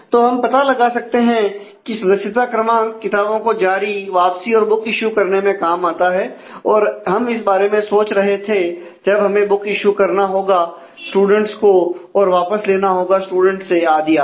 तो हम पता लगा सकते हैं कि सदस्यता क्रमांक किताबों को जारी वापसी और बुक इशू करने में काम आता है और हम इस बारे में सोच रहे थे जब हमें बुक इशू करना होगा स्टूडेंट को और वापस लेना होगा स्टूडेंट से आदि आदि